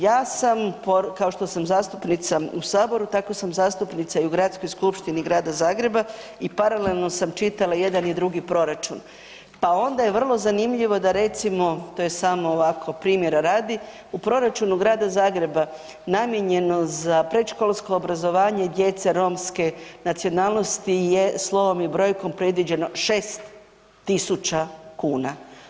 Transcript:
Ja sam, kao što sam zastupnica u Saboru, tako sam zastupnica i u Gradskoj skupštini Grada Zagreba i paralelno sam čitala i jedan i drugi proračun pa onda je vrlo zanimljivo, da recimo, to je samo ovako, primjera radi, u proračunu Grada Zagreba namijenjeno za predškolsko obrazovanje djece romske nacionalnosti je slovom i brojkom predviđeno 6 tisuća kuna.